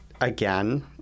again